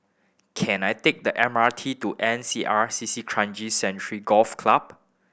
can I take the M R T to N C R C C Kranji Sanctuary Golf Club